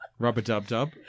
Rub-a-dub-dub